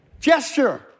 gesture